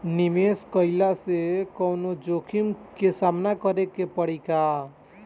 निवेश कईला से कौनो जोखिम के सामना करे क परि का?